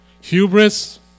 hubris